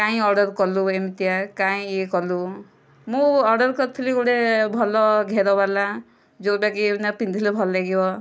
କାହିଁ ଅର୍ଡ଼ର କଲୁ ଏମିତିଆ କାହିଁ ଇଏ କଲୁ ମୁଁ ଅର୍ଡ଼ର କରିଥିଲି ଗୋଟିଏ ଭଲ ଘେରବାଲା ଯେଉଁଟାକୁ ମାନେ ପିନ୍ଧିଲେ ଭଲ ଲାଗିବ